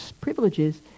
privileges